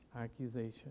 accusation